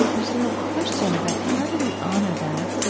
there's a real question about how do we honor that, so